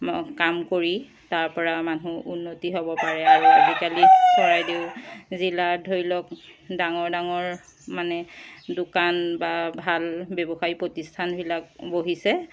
কাম কৰি তাৰ পৰা মানুহ উন্নতি হ'ব পাৰে আজিকালি চৰাইদেউ জিলাৰ ধৰি লওক ডাঙৰ ডাঙৰ মানে দোকান বা ভাল ব্যৱসায় প্ৰতিষ্ঠানবিলাক বহিছে